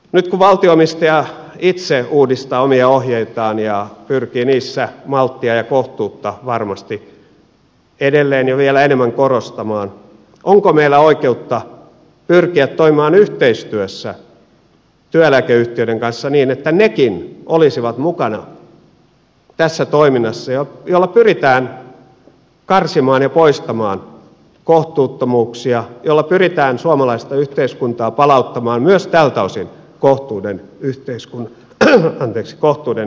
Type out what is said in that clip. nyt kun valtio omistaja itse uudistaa omia ohjeitaan ja pyrkii niissä malttia ja kohtuutta varmasti edelleen ja vielä enemmän korostamaan onko meillä oikeutta pyrkiä toimimaan yhteistyössä työeläkeyhtiöiden kanssa niin että nekin olisivat mukana tässä toiminnassa jolla pyritään karsimaan ja poistamaan kohtuuttomuuksia jolla pyritään suomalaista yhteiskuntaa palauttamaan myös tältä osin kohtuuden yhteiskunnaksi